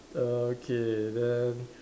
okay then